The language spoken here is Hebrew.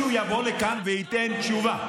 שמישהו יבוא לכאן וייתן תשובה.